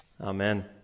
Amen